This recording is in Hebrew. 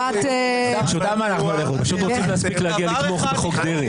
--- אנחנו פשוט רוצים לצאת להגיע לתמוך בחוק דרעי.